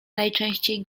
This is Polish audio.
najczęściej